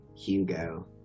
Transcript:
Hugo